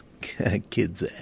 Kids